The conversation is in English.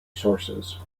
sources